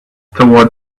toward